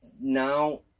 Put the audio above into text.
now